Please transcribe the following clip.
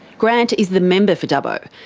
grant is the member for dubbo.